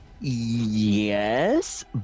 yes